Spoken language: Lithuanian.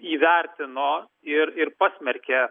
įvertino ir ir pasmerkė